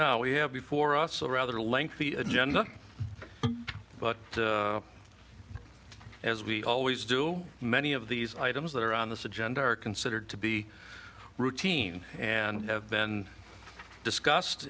now we have before us a rather lengthy agenda but as we always do many of these items that are on this agenda are considered to be routine and have been discussed